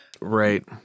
Right